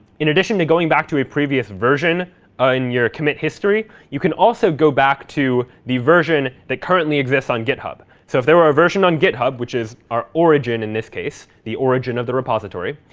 in addition to going back to a previous version ah in your commit history, you can also go back to the version that currently exists on github. so if there were a version on github, which is our origin, in this case, the origin of the repository,